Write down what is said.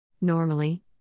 Normally